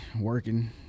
working